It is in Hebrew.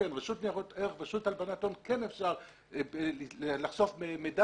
בפני רשות ניירות ערך ובפני הרשות לאיסור הלבנת הון אפשר לחשוף מידע.